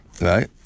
right